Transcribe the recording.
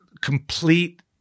complete